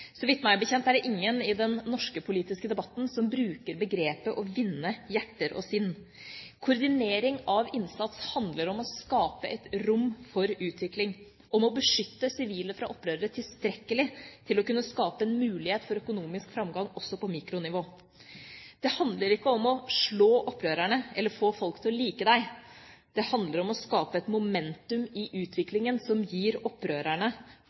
Meg bekjent er det ingen i den norske politiske debatten som bruker begrepet «å vinne hjerter og sinn». Koordinering av innsats handler om å skape et rom for utvikling, om å beskytte sivile fra opprørere tilstrekkelig til å kunne skape en mulighet for økonomisk framgang også på mikronivå. Det handler ikke om å slå opprørerne, eller få folk til å like deg. Det handler om å skape et momentum i utviklingen som gjør opprørerne